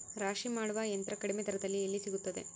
ರಾಶಿ ಮಾಡುವ ಯಂತ್ರ ಕಡಿಮೆ ದರದಲ್ಲಿ ಎಲ್ಲಿ ಸಿಗುತ್ತದೆ?